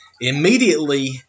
Immediately